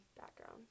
background